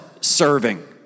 serving